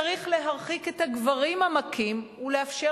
צריך להרחיק את הגברים המכים ולאפשר